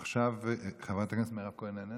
עכשיו, חברת הכנסת מירב כהן איננה?